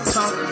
Talk